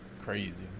crazy